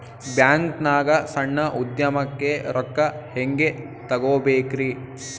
ಬ್ಯಾಂಕ್ನಾಗ ಸಣ್ಣ ಉದ್ಯಮಕ್ಕೆ ರೊಕ್ಕ ಹೆಂಗೆ ತಗೋಬೇಕ್ರಿ?